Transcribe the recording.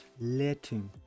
letting